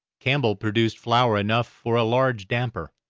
campbell produced flour enough for a large damper,